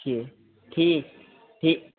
जी ठीक ठीक